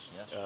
Yes